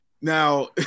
Now